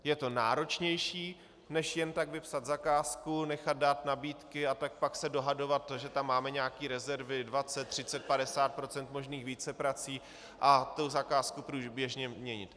Je to náročnější než jen tak vypsat zakázku, nechat dát nabídky a pak se dohadovat, že tam máme nějaké rezervy 20, 30, 50 % možných víceprací, a tu zakázku průběžně měnit.